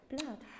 Blood